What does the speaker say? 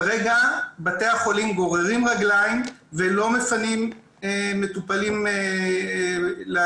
כרגע בתי החולים גוררים רגליים ולא מפנים מטופלים לקהילה.